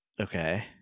Okay